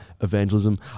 evangelism